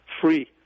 free